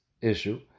issue